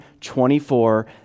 24